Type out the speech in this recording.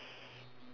~s